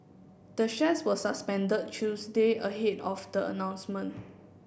the shares were suspended Tuesday ahead of the announcement